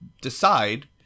decide